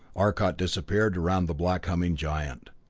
arcot disappeared around the black humming giant.